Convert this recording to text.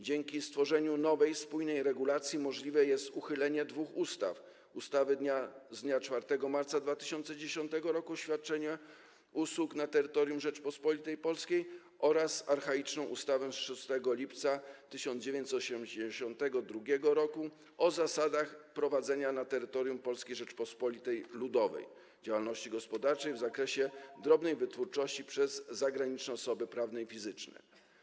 Dzięki stworzeniu nowej, spójnej regulacji możliwe jest uchylenie dwóch ustaw: ustawy z dnia 4 marca 2010 r. o świadczeniu usług na terytorium Rzeczypospolitej Polskiej oraz archaicznej ustawy z 6 lipca 1982 r. o zasadach prowadzenia na terytorium Polskiej Rzeczypospolitej Ludowej działalności gospodarczej w zakresie drobnej wytwórczości przez zagraniczne osoby prawne i fizyczne.